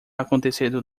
acontecendo